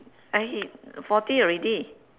ah hit forty already